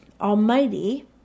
almighty